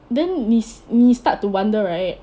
then 你你 start to wonder right